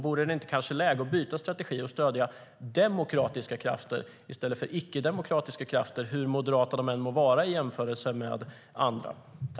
Vore det inte läge att byta strategi och stödja demokratiska krafter i stället för ickedemokratiska krafter, hur moderata de än må vara i jämförelse med andra?